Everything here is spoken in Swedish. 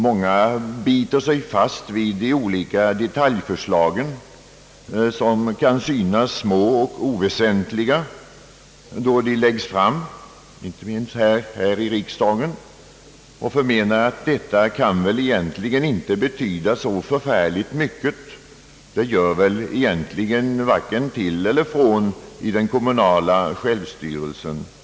Många biter sig fast vid de olika detaljförslagen, som kan synas små och oväsentliga då de läggs fram, inte minst här i riksdagen, och förmenar att detta väl egentligen inte kan betyda så förfärligt mycket; det gör väl egentligen varken till eller från i den kommunala självstyrelsen, säger man.